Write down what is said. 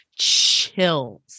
Chills